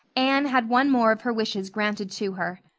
anne had one more of her wishes granted to her.